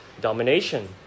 domination